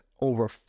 over